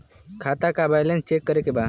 खाता का balance check करे के बा?